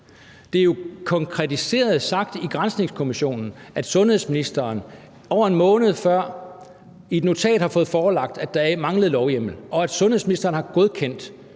Det er jo konkretiseret og blevet sagt i granskningskommissionen, at sundhedsministeren over en måned før i et notat var blevet forelagt, at der manglede lovhjemmel, og at sundhedsministeren godkendte